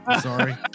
sorry